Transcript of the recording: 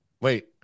Wait